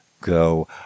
go